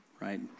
right